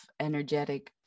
energetic